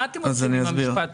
מה אתם עושים עם הכסף הזה?